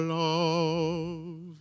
love